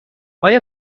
آیا